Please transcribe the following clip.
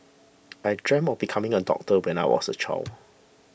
I dreamt of becoming a doctor when I was a child